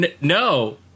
No